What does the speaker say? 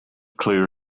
clear